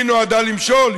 היא נועדה למשול,